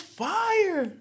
fire